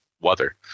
weather